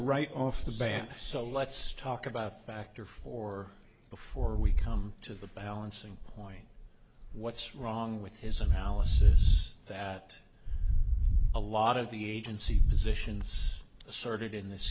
right off the bat so let's talk about factor for before we come to the balancing point what's wrong with his analysis that a lot of the agency zisha and asserted in this